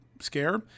scare